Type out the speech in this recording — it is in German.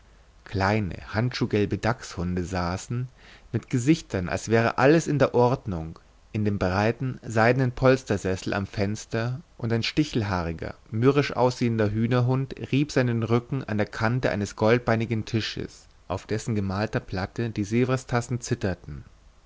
kleine handschuhgelbe dachshunde saßen mit gesichtern als wäre alles ganz in der ordnung in dem breiten seidenen polstersessel am fenster und ein stichelhaariger mürrisch aussehender hühnerhund rieb seinen rücken an der kante eines goldbeinigen tisches auf dessen gemalter platte die svrestassen zitterten